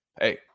Hey